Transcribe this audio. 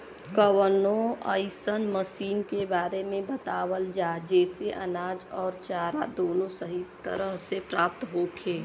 कवनो अइसन मशीन के बारे में बतावल जा जेसे अनाज अउर चारा दोनों सही तरह से प्राप्त होखे?